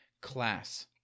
class